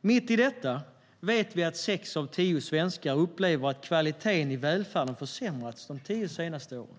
Mitt i detta vet vi att sex av tio svenskar upplever att kvaliteten i välfärden har försämrats under de senaste tio åren.